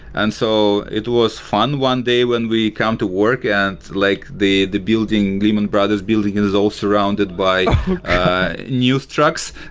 and so it was fun one day when we come to work and like the the building, lehman brothers building, it is all surrounded by new structs,